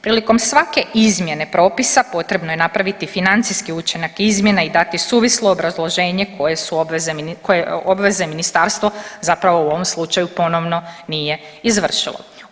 Prilikom svake izmjene propisa potrebno je napraviti financijski učinak izmjena i dati suvislo obrazloženje koje su obveze, koje obveze ministarstvo zapravo u ovom slučaju ponovno nije izvršilo.